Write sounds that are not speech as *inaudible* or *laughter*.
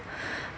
*breath*